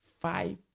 five